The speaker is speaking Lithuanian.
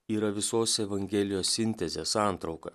yra visos evangelijos sintezė santrauka